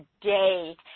today